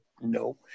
No